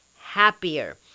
happier